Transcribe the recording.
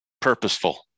purposeful